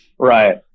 right